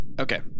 Okay